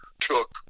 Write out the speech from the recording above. took